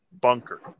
bunker